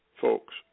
folks